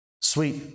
Sweet